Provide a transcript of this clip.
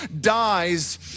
dies